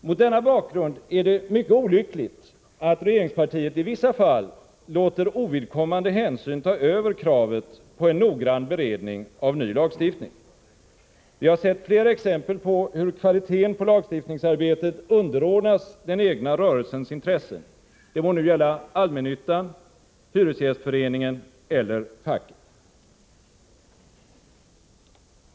Mot denna bakgrund är det mycket olyckligt att regeringspartiet i vissa fall låter ovidkommande hänsyn ta över kravet på en noggrann beredning av ny lagstiftning. Vi har sett flera exempel på hur kvaliteten på lagstiftningsarbetet underordnas den egna rörelsens intressen, det må gälla allmännyttan, hyresgästföreningen eller facket.